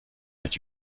but